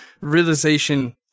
realization